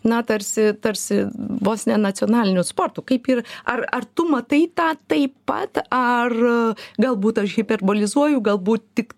na tarsi tarsi vos ne nacionaliniu sportu kaip ir ar ar tu matai tą taip pat ar galbūt aš hiperbolizuoju galbūt tik